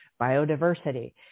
biodiversity